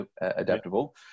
adaptable